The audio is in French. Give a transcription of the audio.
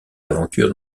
l’aventure